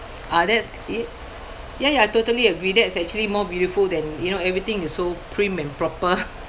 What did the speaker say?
uh that's it ya ya I totally agree that is actually more beautiful than you know everything is so prim and proper